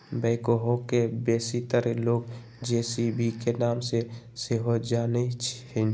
backhoe के बेशीतर लोग जे.सी.बी के नाम से सेहो जानइ छिन्ह